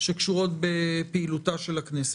שקשורות בפעילותה של הכנסת.